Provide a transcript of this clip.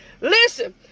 listen